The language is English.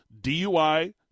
DUI